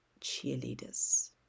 cheerleaders